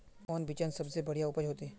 कौन बिचन सबसे बढ़िया उपज होते?